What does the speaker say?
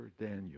Daniel